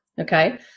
okay